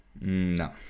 No